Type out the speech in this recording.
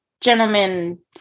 gentlemen